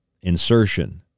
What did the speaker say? Insertion